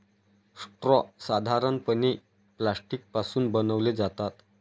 straw साधारणपणे plastic पासून बनवले जातात